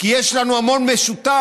כי יש לנו המון משותף